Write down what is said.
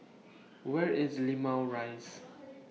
Where IS Limau Rise